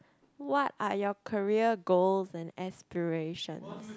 what are your career goals and aspirations